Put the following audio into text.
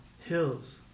hills